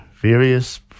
Various